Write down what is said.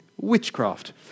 Witchcraft